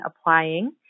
applying